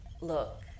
Look